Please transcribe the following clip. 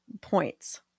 points